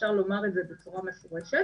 אפשר לומר את זה בצורה מפורשת